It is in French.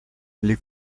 les